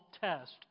test